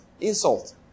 Insult